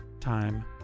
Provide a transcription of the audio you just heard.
Time